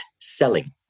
selling